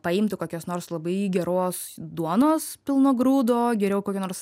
paimtų kokios nors labai geros duonos pilno grūdo geriau kokį nors